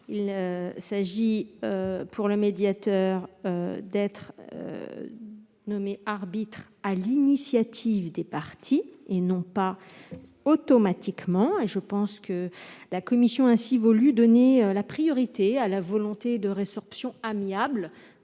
Il s'agit, pour le médiateur, d'être nommé arbitre sur l'initiative des parties et non pas automatiquement. La commission a ainsi voulu donner la priorité à la volonté de résorption amiable